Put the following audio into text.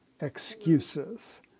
excuses